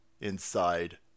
inside